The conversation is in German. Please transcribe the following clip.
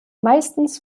meistens